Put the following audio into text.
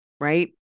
right